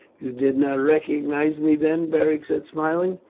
you did not recognize me, then? beric said smiling.